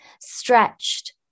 stretched